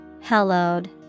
Hallowed